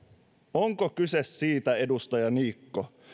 onko kyse siitä edustaja niikko